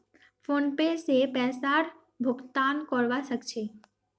PhonePe से पैसार भुगतान करवा सकछी